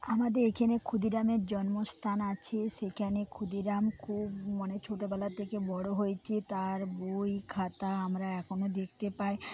আমাদের এখানে ক্ষুদিরামের জন্মস্থান আছে সেখানে ক্ষুদিরাম খুব মানে ছোটবেলা থেকে বড় হয়েছে তার বই খাতা আমরা এখনও দেখতে পাই